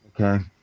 Okay